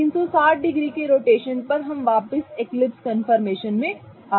360 degree के rotation पर वापस हम एक्लिप्स कन्फर्मेशन में वापस आ गए हैं